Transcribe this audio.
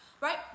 right